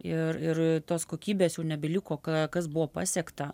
ir ir tos kokybės jau nebeliko ka kas buvo pasiekta